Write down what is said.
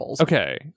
okay